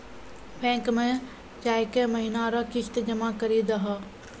bank मे जाय के महीना रो किस्त जमा करी दहो